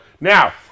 now